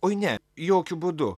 oi ne jokiu būdu